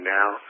now